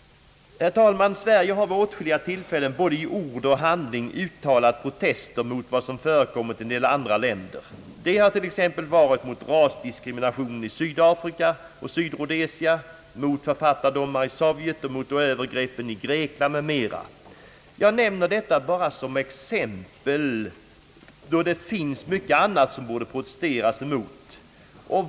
Herr talman! Sverige har vid åtskilliga tillfällen både i ord och handling uttalat protester mot vad som förekommit i en del andra länder: rasdiskrimineringen i Sydafrika och Sydrhodesia, författardomar i Sovjet, övergreppen i Grekland m.m. Jag nämner detta bara som exempel. Det finns mycket annat som det borde protesteras emot.